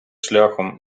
шляхом